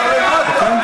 תוריד את השר למטה.